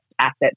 assets